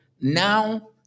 Now